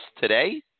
today